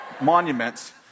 monuments